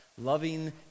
loving